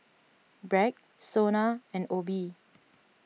Bragg Sona and Obey